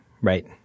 right